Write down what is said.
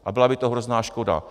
A byla by to hrozná škoda.